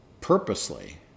purposely